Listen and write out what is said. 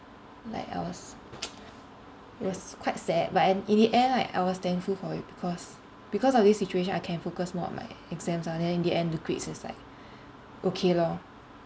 like I was it was quite sad but at in the end like I was quite thankful for it because because of this situation I can focus more on my exams lah then in the end the grades is like okay lor